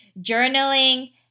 journaling